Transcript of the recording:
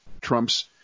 Trump's